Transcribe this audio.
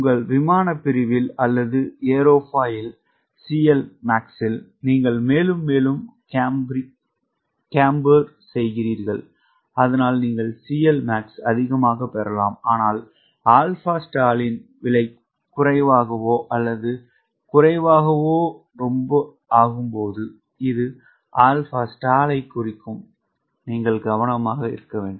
உங்கள் விமானப் பிரிவில் அல்லது ஏரோஃபாயில் CLmax நீங்கள் மேலும் மேலும் கேம்பரிங் செய்கிறீர்கள் அதனால் நீங்கள் Clmax அதிகமாகப் பெறலாம் ஆனால் ஆல்பா ஸ்டாலின் விலை குறைவாகவோ அல்லது குறைவாகவோ ஆகும்போது இது ஆல்பா ஸ்டால் குறித்தும் நீங்கள் கவனமாக இருக்க வேண்டும்